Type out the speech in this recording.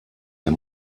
der